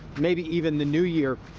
maybe even the new year.